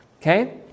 Okay